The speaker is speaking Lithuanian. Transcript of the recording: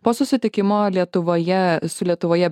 po susitikimo lietuvoje su lietuvoje